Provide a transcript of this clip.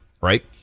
right